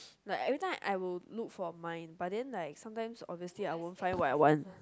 like every time I will look for mine but then like sometimes obviously I won't find I want